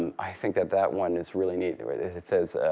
and i think that that one is really neat. it says